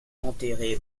enterré